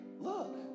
Look